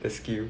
the skill